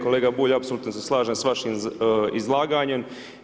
Kolega Bulj, apsolutno se slažem sa vašim izlaganjem.